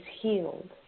healed